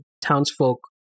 townsfolk